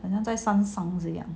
好像在山上一样